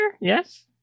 yes